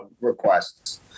requests